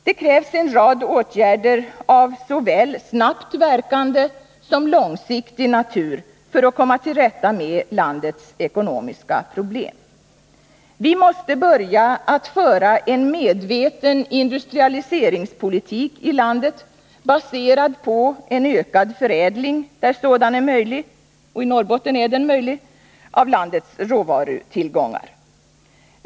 Det krävs en rad åtgärder av såväl snabbt verkande som långsiktig natur för att komma till rätta med landets ekonomiska problem. Vi måste börja föra en medveten industrialiseringspolitik i landet, baserad på en ökad förädling där sådan är möjlig — och i Norrbotten är den möjlig — av landets råvarutillgångar.